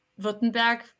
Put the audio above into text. Württemberg